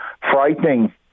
frightening